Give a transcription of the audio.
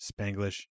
Spanglish